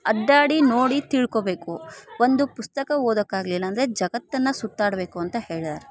ಅಡ್ಯಾಡಿ ನೋಡಿ ತಿಳ್ಕೊಬೇಕು ಒಂದು ಪುಸ್ತಕ ಓದೋಕೆ ಆಗ್ಲಿಲ ಅಂದರೆ ಜಗತ್ತನ್ನ ಸುತ್ತಾಡಬೇಕು ಅಂತ ಹೇಳ್ಯಾರೆ